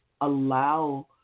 allow